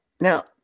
Now